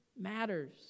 matters